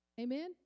Amen